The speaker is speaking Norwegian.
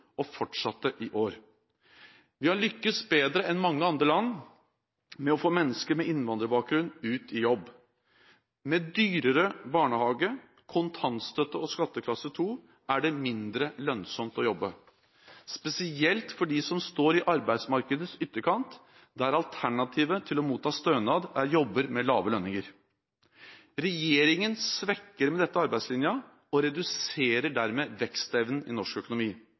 og fortsatte i år. Vi har lyktes bedre enn mange andre land med å få mennesker med innvandrerbakgrunn ut i jobb. Med dyrere barnehage, kontantstøtte og skatteklasse 2 er det mindre lønnsomt å jobbe – spesielt for dem som står i arbeidsmarkedets ytterkant, der alternativet til å motta stønad er jobber med lave lønninger. Regjeringen svekker med dette arbeidslinja og reduserer dermed vekstevnen i norsk økonomi.